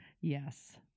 Yes